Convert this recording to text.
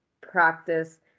practice